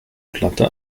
platte